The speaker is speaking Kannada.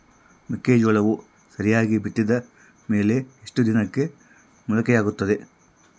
ಮೆಕ್ಕೆಜೋಳವು ಸರಿಯಾಗಿ ಬಿತ್ತಿದ ಮೇಲೆ ಎಷ್ಟು ದಿನಕ್ಕೆ ಮೊಳಕೆಯಾಗುತ್ತೆ?